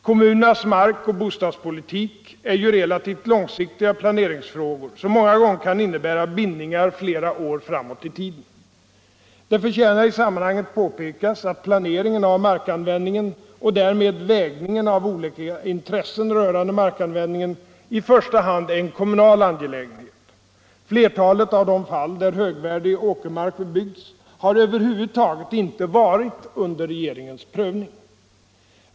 Kommunernas markoch bostadspolitik är ju relativt långsiktiga planeringsfrågor, som många gånger kan innebära bindningar flera år framåt i tiden. Det förtjänar i sammanhanget påpekas att planeringen av markanvändningen och därmed vägningen av olika intressen rörande markanvändningen i första hand är en kommunal angelägenhet. Flertalet av de fall, där högvärdig åkermark bebyggts, har över huvud taget inte varit under regeringens prövning.